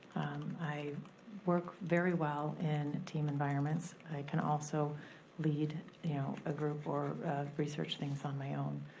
i work very well in team environments. i can also lead a group or research things on my own.